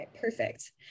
perfect